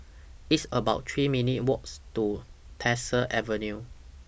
It's about three minute Walks to Tyersall Avenue